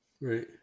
Right